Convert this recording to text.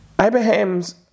Abraham's